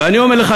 ואני אומר לך,